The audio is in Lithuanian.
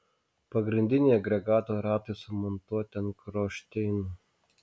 pagrindiniai agregato ratai sumontuoti ant kronšteinų